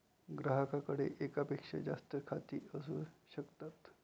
ग्राहकाकडे एकापेक्षा जास्त खाती असू शकतात